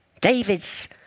David's